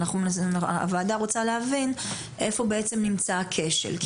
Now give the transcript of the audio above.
הוועדה רוצה להבין איפה בעצם נמצא הכשל.